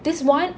this one